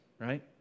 Right